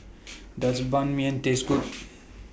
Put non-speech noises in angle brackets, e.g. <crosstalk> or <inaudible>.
<noise> Does Ban Mian Taste Good